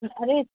अड़े